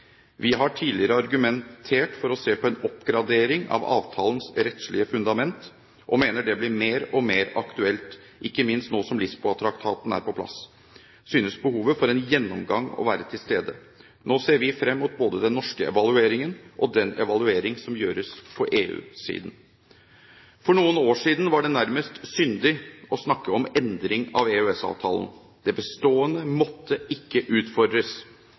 Vi har tidligere argumentert for å se på en oppgradering av avtalens rettslige fundament, og mener det blir mer og mer aktuelt. Ikke minst nå som Lisboa-traktaten er på plass, synes behovet for en gjennomgang å være til stede. Nå ser vi frem mot både den norske evalueringen og den evaluering som gjøres på EU-siden. For noen år siden var det nærmest syndig å snakke om endring av EØS-avtalen. Det bestående måtte ikke utfordres.